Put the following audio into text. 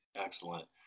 excellent